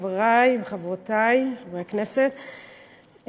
חברי וחברותי חברי הכנסת,